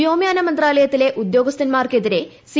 വ്യോമയാന്റു മന്ത്രാലയത്തിലെ ഉദ്യോഗസ്ഥൻമാർക്കെതിരെ സി